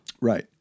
Right